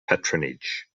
patronage